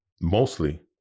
Mostly